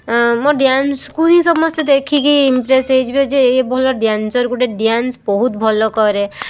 ମୋ ଡ୍ୟାନ୍ସକୁ ହିଁ ସମସ୍ତେ ଦେଖିକି ଇମ୍ପ୍ରେସ୍ ହେଇଯିବେ ଯେ ଏଇ ଭଲ ଡ୍ୟାନ୍ସର୍ ଗୋଟେ ଡ୍ୟାନ୍ସ ବହୁତ ଭଲ କରେ